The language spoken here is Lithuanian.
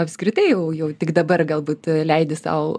apskritai jau jau tik dabar galbūt leidi sau